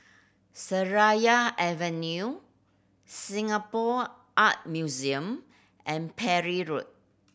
Seraya Avenue Singapore Art Museum and Parry Road